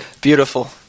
beautiful